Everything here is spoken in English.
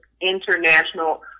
international